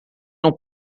não